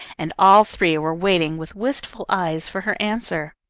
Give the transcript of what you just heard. and all three were waiting with wistful eyes for her answer.